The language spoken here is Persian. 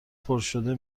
پرشده